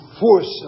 force